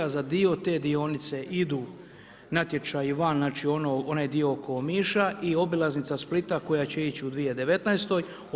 Za dio te dionice idu natječaji van, znači, onaj dio oko Omiša i obilaznica Splita koja će ići u 2019.-toj.